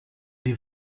die